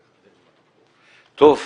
טוב,